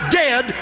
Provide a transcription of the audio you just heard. dead